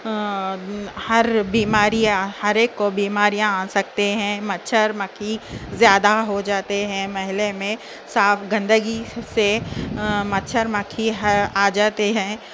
ہر بیماری یا ہر ایک کو بیماریاں آ سکتے ہیں مچھر مکھی زیادہ ہو جاتے ہیں محلے میں صاف گندگی سے مچھر مکھی آ جاتے ہیں